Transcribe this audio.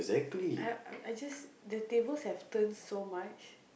I I just the tables have turn so much